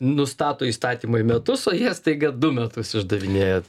nustato įstatymai metus o jie staiga du metus išdavinėja